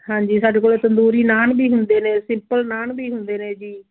ਹਾਂਜੀ ਸਾਡੇ ਕੋਲ ਤੰਦੂਰੀ ਨਾਨ ਵੀ ਹੁੰਦੇ ਨੇ ਸਿੰਪਲ ਨਾਨ ਵੀ ਹੁੰਦੇ ਨੇ ਜੀ